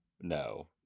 No